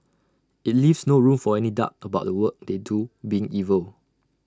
IT leaves no room for any doubt about the work they do being evil